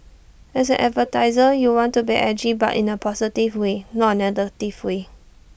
as an advertiser you want to be edgy but in A positive way not A negative way